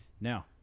Now